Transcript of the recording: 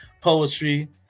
poetry